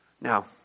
Now